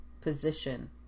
position